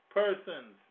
persons